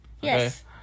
Yes